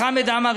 חמד עמאר,